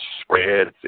spreads